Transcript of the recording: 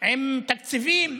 עם תקציבים,